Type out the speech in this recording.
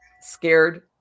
scared